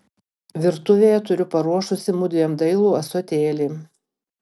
virtuvėje turiu paruošusi mudviem dailų ąsotėlį